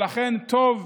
לכן, טוב,